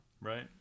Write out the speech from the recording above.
right